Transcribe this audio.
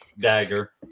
dagger